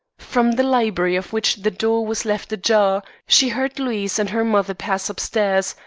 from the library, of which the door was left ajar, she heard louise and her mother pass upstairs,